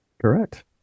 correct